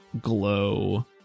glow